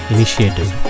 Initiative